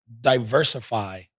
diversify